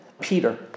Peter